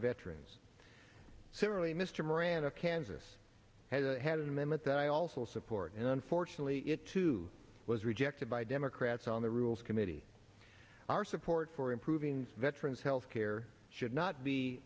veterans similarly mr moran of kansas has had an amendment that i also support and unfortunately it too was rejected by democrats on the rules committee our support for improving veterans health care should not be